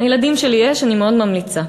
לילדים שלי יש, אני מאוד ממליצה,